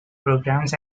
programmes